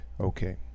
okay